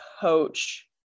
coach